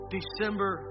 December